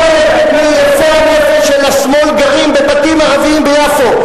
חלק מיפי הנפש של השמאל גרים בבתים ערביים ביפו.